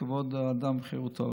כבוד האדם וחירותו,